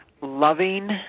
loving